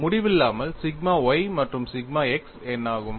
முடிவில்லாமல் sigma y மற்றும் sigma x என்ன ஆகும்